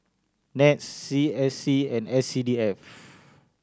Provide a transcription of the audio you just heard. NETS C S C and S C D F